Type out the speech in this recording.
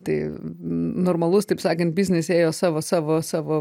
tai normalus taip sakant biznis ėjo savo savo savo